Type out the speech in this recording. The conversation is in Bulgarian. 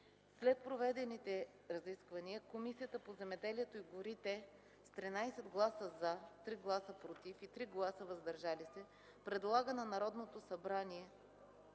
След проведените разисквания Комисията по земеделието и горите с 13 гласа „за”, 3 гласа „против” и 3 гласа „въздържали се” предлага на Народното събрание